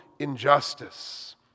injustice